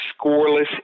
scoreless